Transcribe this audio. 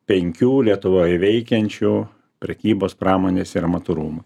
penkių lietuvoj veikiančių prekybos pramonės ir amatų rūmų